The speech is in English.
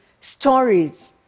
stories